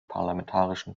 parlamentarischen